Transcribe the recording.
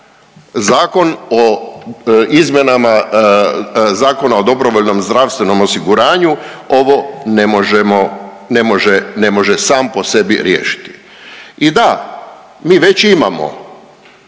Zakon o izmjenama Zakona o dobrovoljnom zdravstvenom osiguranju ovo ne možemo, ne može, ne može sam po sebi riješiti. I da, mi već imamo,